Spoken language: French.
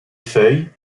feuilles